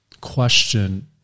question